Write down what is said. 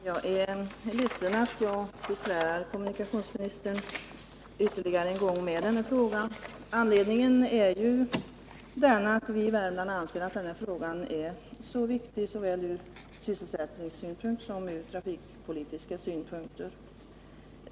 Herr talman! Jag är ledsen att jag besvärar kommunikationsministern ytterligare en gång med denna fråga. Anledningen är den att vi i Värmland anser att denna fråga är viktig från såväl sysselsättningssynpunkt som trafikpolitiska synpunkter.